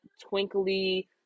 twinkly